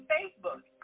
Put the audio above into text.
Facebook